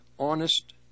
honest